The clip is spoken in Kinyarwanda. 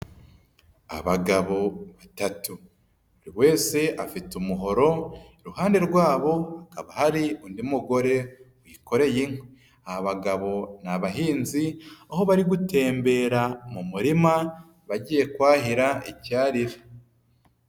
Abagabo batatu, buri wese afite umuhoro, iruhande rwabo hakaba hari undi mugore wikoreye inkwi, ni abagabo ni abahinzi aho bari gutembera mu murima, bagiye kuhira icyarire.